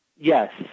yes